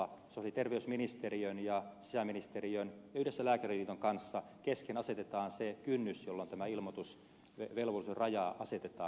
sosiaali ja terveysministeriön ja sisäministeriön kesken yhdessä lääkäriliiton kanssa asetetaan se kynnys johon tämä ilmoitusvelvollisuuden raja asetetaan